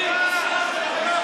תתבייש לך.